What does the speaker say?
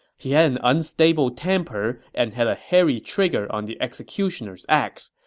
he had an unstable temper and had a hairy trigger on the executioner's axe,